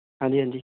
ਹਾਂਜੀ ਹਾਂਜੀ